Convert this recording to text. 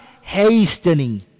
Hastening